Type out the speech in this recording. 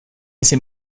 ese